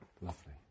Lovely